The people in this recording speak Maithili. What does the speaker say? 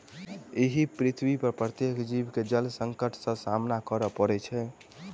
एहि पृथ्वीपर प्रत्येक जीव के जल संकट सॅ सामना करय पड़ैत छै